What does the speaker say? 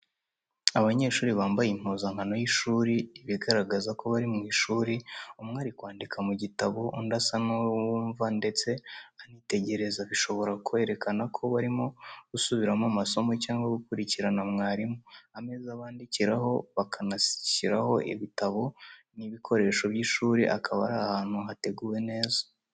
Abanyeshuri bambaye impuzankano y’ishuri, ibigaragaza ko bari mu ishuri, umwe ari kwandika mu gitabo, undi asa n’uwumva ndetse anitegereza, bishobora kwerekana ko barimo gusubiramo amasomo cyangwa gukurikirana mwarimu. Ameza bandikiraho, bakanashyiraho ibitabo n’ibikoresho by’ishuri, akaba ari ahantu hateguwe neza.